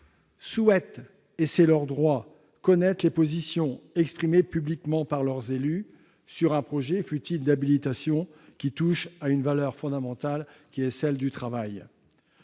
souhaitent, et c'est leur droit, connaître les positions exprimées publiquement par leurs élus sur un projet de loi, fut-il d'habilitation, qui touche à une valeur fondamentale, le travail.